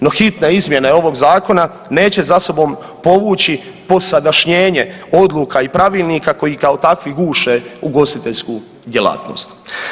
No hitne izmjene ovog zakona neće za sobom povući posadašnjenje odluka i pravilnika koji kao takvi guše ugostiteljsku djelatnost.